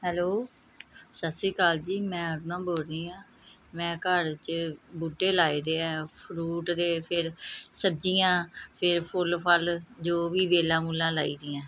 hello ਸਤਿ ਸ਼੍ਰੀ ਅਕਾਲ ਜੀ ਮੈਂ ਅਰੁਨਾ ਬੋਲ ਰਹੀ ਹਾਂ ਮੈਂ ਘਰ 'ਚ ਬੂਟੇ ਲਗਾਏ ਦੇ ਹੈ ਫਰੂਟ ਦੇ ਫਿਰ ਸਬਜ਼ੀਆਂ ਫਿਰ ਫੁੱਲ ਫ਼ਲ ਜੋ ਵੀ ਵੇਲਾਂ ਵੂਲਾਂ ਲਗਾਈ ਦੀਆਂ